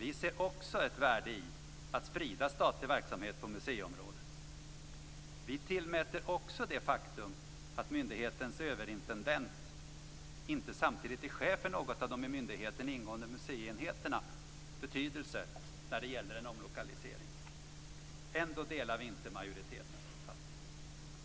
Också vi ser ett värde i att sprida statlig verksamhet på museiområdet. Också vi tillmäter det faktum att myndighetens överintendent inte samtidigt är chef för någon av de i myndigheten ingående museienheterna betydelse när det gäller en omlokalisering. Ändå delar vi inte majoritetens uppfattning.